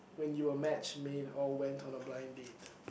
when you were match made or went on a blind date